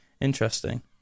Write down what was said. Interesting